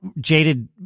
jaded